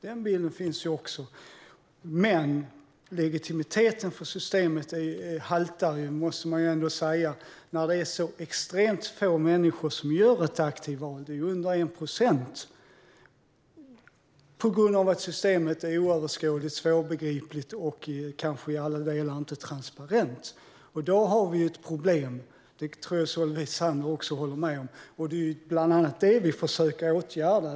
Men man måste ändå säga att legitimiteten för systemet haltar när det är så extremt få människor, under 1 procent, som gör ett aktivt val på grund av att systemet är oöverskådligt, svårbegripligt och kanske inte i alla delar transparent. Då har vi ett problem; det tror jag att också Solveig Zander håller med om. Det är bland annat detta vi försöker åtgärda.